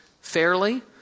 fairly